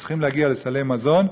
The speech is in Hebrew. שצריכים להגיע לסלי מזון,